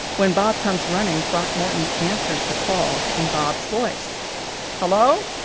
when bob comes running, throckmorton answers the call in bob's voice hello!